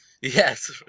Yes